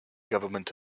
government